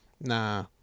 Nah